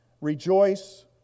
Rejoice